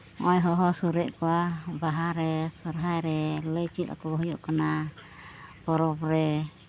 ᱦᱚᱜᱼᱚᱸᱭ ᱦᱚᱦᱚ ᱥᱤᱨᱮᱫ ᱠᱚᱣᱟ ᱵᱟᱦᱟ ᱨᱮ ᱥᱚᱨᱦᱟᱭ ᱨᱮ ᱞᱟᱹᱭ ᱪᱮᱫ ᱟᱠᱚ ᱦᱩᱭᱩᱜ ᱠᱟᱱᱟ ᱯᱚᱨᱚᱵᱽ ᱨᱮ